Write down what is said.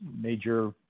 major